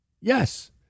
Yes